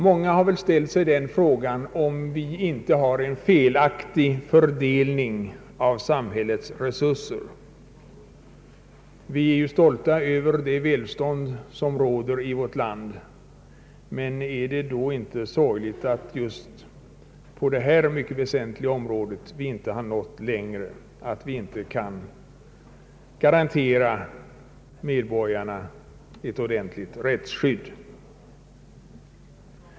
Många har väl ställt sig frågan, om vi inte har en felaktig fördelning av samhällets resurser. Vi är stolta över den välfärd som råder i vårt land, men är det då inte sorgligt att vi just på detta mycket väsentliga område inte nått längre och att vi inte kan garantera medborgarna ett ordentligt rättsskydd?